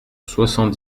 soixante